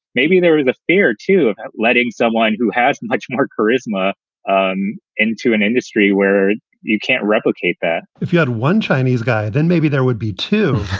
maybe there was a fear, too, of letting someone who has much more charisma um into an industry where you can't replicate that if you had one chinese guy, then maybe there would be two